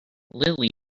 lily